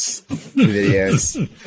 videos